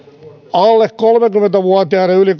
alle kolmekymmentä vuotiaiden yli